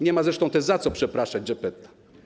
Nie ma zresztą też za co przepraszać Geppetta.